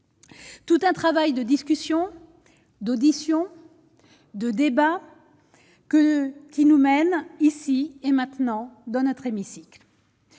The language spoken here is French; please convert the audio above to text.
Tout un travail de discussion d'audition de débat que qui nous mène ici et maintenant dans notre hémicycle.